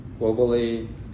globally